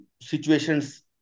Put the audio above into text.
situations